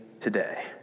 Today